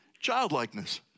childlikeness